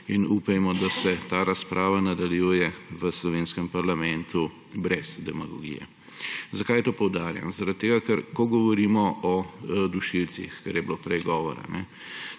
In upajmo, da se ta razparava nadaljuje v slovenskem parlamentu brez demagogije. Zakaj to poudarjam? Ko govorimo o dušilcih, o čemer je bilo prej govora,